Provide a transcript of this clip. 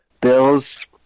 bills